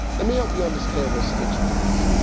let me help you understand what snitching is.